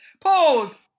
pause